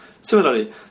Similarly